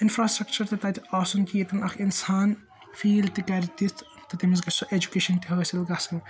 infrastructure تہِ تَتہِ آسُن کہِ ییٚتٮ۪ن اَکھ اِنسان فیل تہِ کَرِ تِژہ کہِ تٔمِس گژھہِ سُہ ایٚجوکیشَن حٲصِل گَژھُن